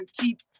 keep